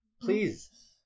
Please